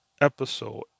Episode